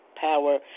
power